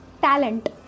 talent